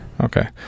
Okay